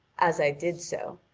as i did so,